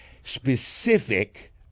specific